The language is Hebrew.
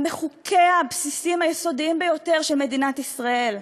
גם בחוקיה הבסיסיים היסודיים ביותר של מדינת ישראל.